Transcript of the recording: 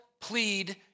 plead